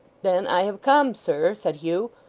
then i have come, sir said hugh,